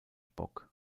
bock